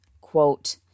quote